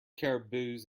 caribous